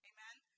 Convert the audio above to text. Amen